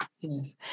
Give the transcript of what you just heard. yes